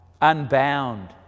unbound